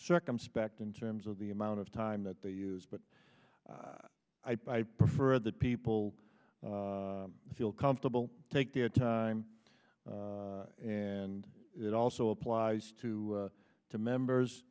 circumspect in terms of the amount of time that they use but i prefer that people feel comfortable take their time and it also applies to to members